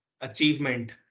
achievement